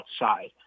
outside